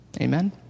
Amen